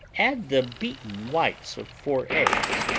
add the beaten whites of four eggs.